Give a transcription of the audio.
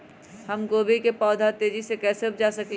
हम गोभी के पौधा तेजी से कैसे उपजा सकली ह?